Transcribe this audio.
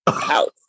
house